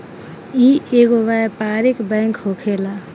इ एगो व्यापारिक बैंक होखेला